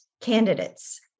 candidates